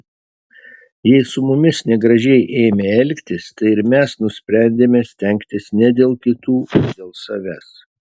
jei su mumis negražiai ėmė elgtis tai ir mes nusprendėme stengtis ne dėl kitų o dėl savęs